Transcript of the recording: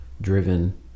driven